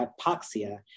hypoxia